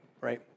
right